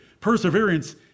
Perseverance